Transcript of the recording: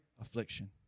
affliction